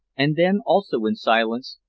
and then, also in silence,